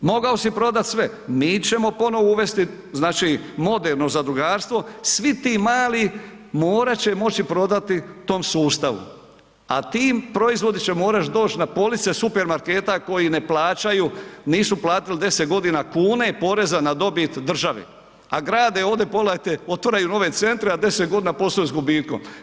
Mogao si prodat sve, mi ćemo ponovo uvesti, znači moderno zadrugarstvo, svi ti mali morat će moći prodati tom sustavu, a ti proizvodi će morat doći na police supermarketa koji ne plaćaju, nisu platili 10.g. kune poreza na dobit državi, a grade ovdje pogledajte, otvaraju nove centre, a 10.g. posluju s gubitkom.